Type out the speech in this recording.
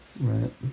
Right